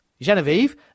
Genevieve